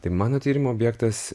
tai mano tyrimo objektas